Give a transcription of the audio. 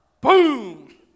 boom